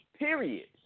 Period